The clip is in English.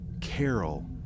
Carol